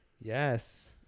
Yes